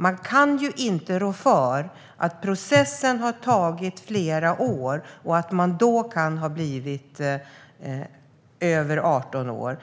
Man kan ju inte rå för att processen har tagit flera år och att man under den tiden kan ha blivit över 18 år,